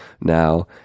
now